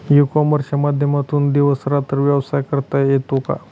E कॉमर्सच्या माध्यमातून दिवस रात्र व्यवसाय करता येतो का?